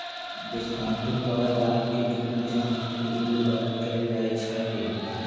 discounting द्वारा लाभ के गिनल डिस्काउंटिंग यील्ड द्वारा कएल जाइ छइ